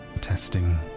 ...testing